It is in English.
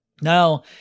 Now